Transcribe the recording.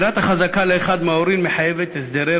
מסירת החזקה לאחד מההורים מחייבת הסדרי